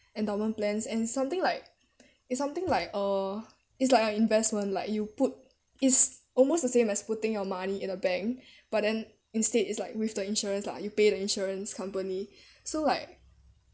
endowment plans and something like it's something like uh it's like a investment like you put is almost the same as putting your money in a bank but then instead it's like with the insurance lah you pay the insurance company so like